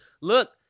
Look